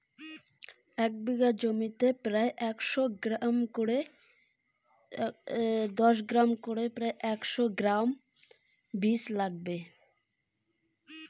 এক বিঘা জমিতে বাধাকপি চাষ করতে কতটা পপ্রীমকন বীজ ফেলবো?